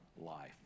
life